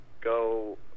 go